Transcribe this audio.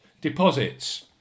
deposits